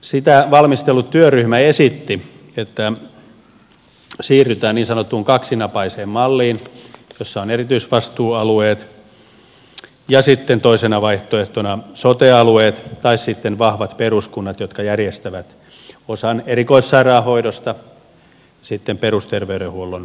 sitä valmistellut työryhmä esitti että siirrytään niin sanottuun kaksinapaiseen malliin jossa on erityisvastuualueet ja sitten toisena vaihtoehtona sote alueet tai sitten vahvat peruskunnat jotka järjestävät osan erikoissairaanhoidosta sitten perusterveydenhuollon lisäksi